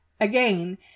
Again